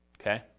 Okay